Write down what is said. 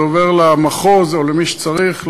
זה עובר למחוז או למי שצריך,